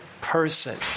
person